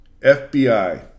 FBI